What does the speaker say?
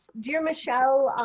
dear michelle,